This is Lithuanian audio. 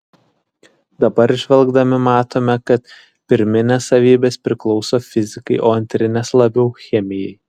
dabar žvelgdami matome kad pirminės savybės priklauso fizikai o antrinės labiau chemijai